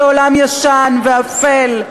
זה עולם ישן ואפל,